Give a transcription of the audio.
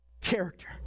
character